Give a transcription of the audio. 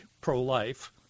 pro-life